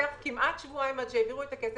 לקח כמעט שבועיים עד שהעבירו את הכסף.